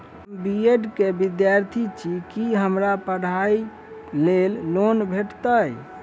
हम B Ed केँ विद्यार्थी छी, की हमरा पढ़ाई लेल लोन भेटतय?